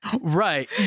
Right